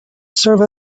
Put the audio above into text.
serve